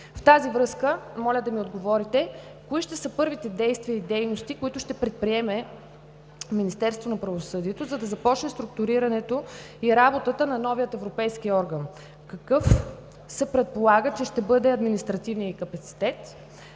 В тази връзка моля да ми отговорите кои ще са първите действия и дейности, които ще предприеме Министерство на правосъдието, за да започне структурирането и работата на новия европейски орган? Какъв се предполага, че ще бъде административният й капацитет,